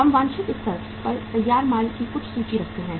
हम वांछित स्तर पर तैयार माल की कुछ सूची रखते हैं